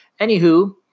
Anywho